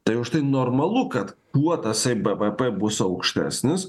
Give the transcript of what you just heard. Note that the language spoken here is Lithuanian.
tai už tai normalu kad kuo tasai bv bus aukštesnis